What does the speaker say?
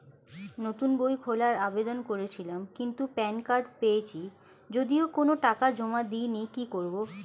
নতুন বই খোলার আবেদন করেছিলাম কিন্তু প্যান কার্ড পেয়েছি যদিও কোনো টাকা জমা দিইনি কি করব?